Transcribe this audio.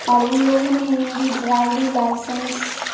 اور ان لوگوں نے میری ڈرائیوری لائسنس